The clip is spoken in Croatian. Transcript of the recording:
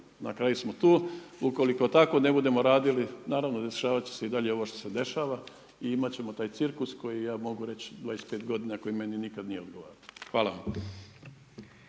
na kraju smo tu. Ukoliko tako ne budemo radili naravno dešavat će se i dalje ovo što se dešava i imat ćemo taj cirkus koji ja mogu reći 25 godina koji meni nikada nije odgovarao. Hvala.